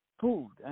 food